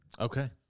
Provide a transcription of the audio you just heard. Okay